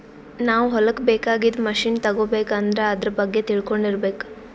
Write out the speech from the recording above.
ನಾವ್ ಹೊಲಕ್ಕ್ ಬೇಕಾಗಿದ್ದ್ ಮಷಿನ್ ತಗೋಬೇಕ್ ಅಂದ್ರ ಆದ್ರ ಬಗ್ಗೆ ತಿಳ್ಕೊಂಡಿರ್ಬೇಕ್